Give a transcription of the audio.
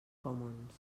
commons